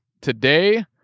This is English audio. today